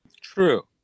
True